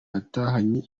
yatahanye